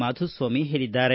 ಮಾಧುಸ್ವಾಮಿ ಹೇಳಿದ್ದಾರೆ